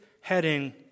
heading